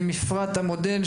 את מפרט המודל,